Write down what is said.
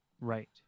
Right